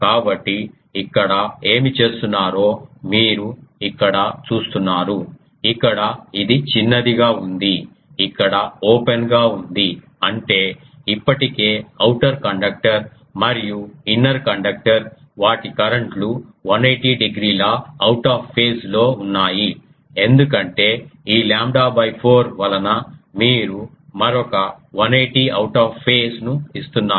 కాబట్టి ఇక్కడ ఏమి చేస్తున్నారో మీరు ఇక్కడ చూస్తున్నారు ఇక్కడ ఇది చిన్నది గా ఉంది ఇక్కడ ఓపెన్ గా ఉంది అంటే ఇప్పటికే అవుటర్ కండక్టర్ మరియు ఇన్నర్ కండక్టర్ వాటి కరెంట్ లు 180 డిగ్రీల అవుట్ ఆఫ్ ఫేస్ లో ఉన్నాయి ఎందుకంటే ఈ లాంబ్డా 4 వలన మీరు మరొక 180 అవుట్ ఆఫ్ ఫేస్ ను ఇస్తున్నారు